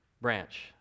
branch